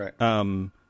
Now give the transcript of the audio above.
Right